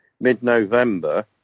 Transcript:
mid-November